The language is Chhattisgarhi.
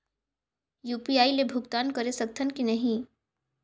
यू.पी.आई ले भुगतान करे सकथन कि नहीं?